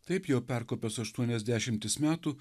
taip jau perkopęs aštuonias dešimtis metų